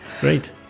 great